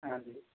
हाँ जी